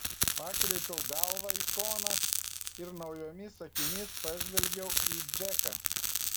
pakreipiau galvą į šoną ir naujomis akimis pažvelgiau į džeką